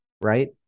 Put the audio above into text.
right